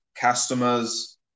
customers